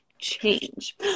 change